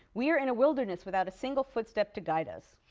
we are in a wilderness without a single footstep to guide us.